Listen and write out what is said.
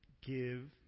Give